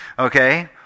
Okay